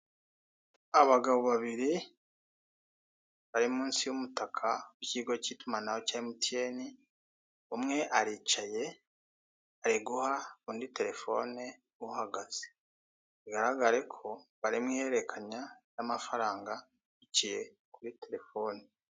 Abagabo babiri, bari munsi y'umutaka w'ikigo cy'itumanaho cya emutiyeni, umwe aricaye, ari guha undi telefone uhahagaze. Bigaragare ko bari mu ihererekenya ry'amafaranga, biciye kuri telefone.